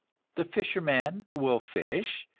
the fisherman will fish,